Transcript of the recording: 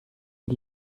die